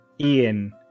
Ian